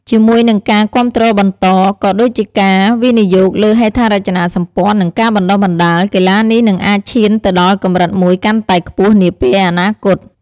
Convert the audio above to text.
ជាមួយនឹងការគាំទ្របន្ត ក៏ដូចជាការវិនិយោគលើហេដ្ឋារចនាសម្ព័ន្ធ និងការបណ្តុះបណ្តាល កីឡានេះនឹងអាចឈានទៅដល់កម្រិតមួយកាន់តែខ្ពស់នាពេលអនាគត។